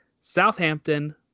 Southampton